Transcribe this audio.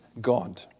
God